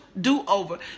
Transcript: do-over